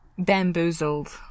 bamboozled